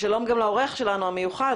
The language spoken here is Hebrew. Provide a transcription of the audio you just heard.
שלום גם לאורח המיוחד שלנו,